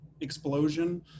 explosion